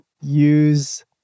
use